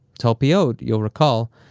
talpiot, you'll recall,